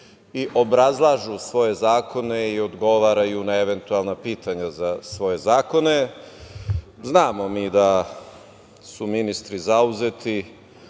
i obrazlažu svoje zakone i odgovaraju na eventualna pitanja za svoje zakone. Znamo mi da su ministri zauzeti,